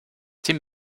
tim